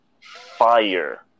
Fire